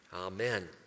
amen